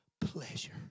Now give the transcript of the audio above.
Pleasure